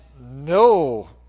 no